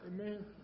Amen